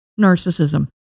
narcissism